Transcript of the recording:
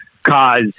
cause